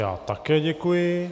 Já také děkuji.